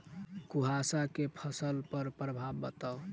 कुहासा केँ फसल पर प्रभाव बताउ?